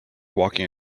walking